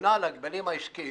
ממונה על ההגבלים העסקיים,